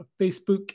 Facebook